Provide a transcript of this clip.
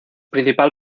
principal